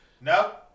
No